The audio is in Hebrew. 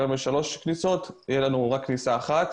כיום יש שלוש כניסות ותהיה לנו רק כניסה אחת.